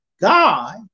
God